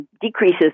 decreases